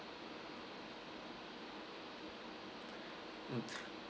mm